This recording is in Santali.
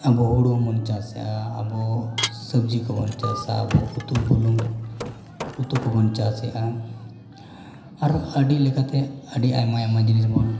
ᱟᱵᱚ ᱦᱩᱲᱩ ᱦᱚᱸᱵᱚᱱ ᱪᱟᱥᱮᱫᱼᱟ ᱟᱵᱚ ᱥᱚᱵᱽᱡᱤ ᱠᱚᱵᱚᱱ ᱪᱟᱥᱟ ᱟᱵᱚ ᱩᱛᱩ ᱵᱩᱞᱩᱝ ᱩᱛᱩ ᱠᱚᱵᱚᱱ ᱪᱟᱥᱮᱫᱼᱟ ᱟᱨᱚ ᱟᱹᱰᱤ ᱞᱮᱠᱟᱛᱮ ᱟᱹᱰᱤ ᱟᱭᱢᱟᱼᱟᱭᱢᱟ ᱡᱤᱱᱤᱥ ᱵᱚᱱ